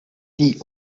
die